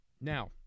Now